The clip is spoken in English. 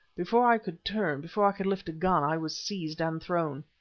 before i could turn, before i could lift a gun, i was seized and thrown.